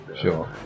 Sure